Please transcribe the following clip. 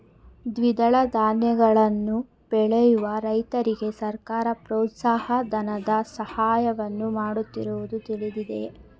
ದ್ವಿದಳ ಧಾನ್ಯಗಳನ್ನು ಬೆಳೆಯುವ ರೈತರಿಗೆ ಸರ್ಕಾರ ಪ್ರೋತ್ಸಾಹ ಧನದ ಸಹಾಯವನ್ನು ಮಾಡುತ್ತಿರುವುದು ತಿಳಿದಿದೆಯೇ?